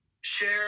share